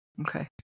Okay